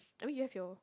I mean you have your